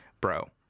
bro